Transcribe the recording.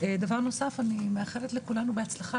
דבר נוסף הוא שאני מאחלת לכולנו בהצלחה,